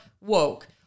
woke